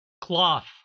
cloth